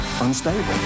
unstable